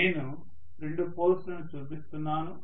నేను రెండు పోల్స్ లను చూపిస్తున్నాను